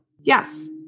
Yes